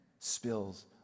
spills